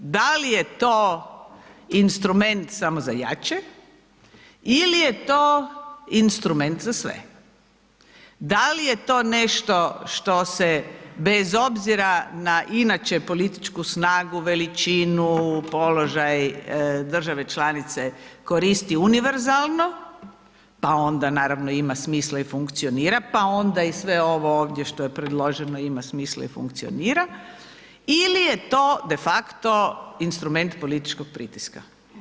Da li je to instrument samo za jače ili je to instrument za sve, da li je to nešto što se bez obzira na inače političku snagu, veličinu, položaj države članice koristi univerzalno, pa onda naravno ima smisla i funkcionira, pa onda i sve ovo ovdje što je predloženo ima smisla i funkcionira ili je to de facto instrument političkog pritiska.